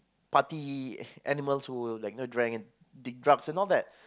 party animals who like you know drank and did drugs all that